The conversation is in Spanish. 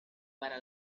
para